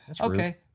okay